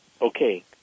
Okay